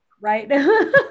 right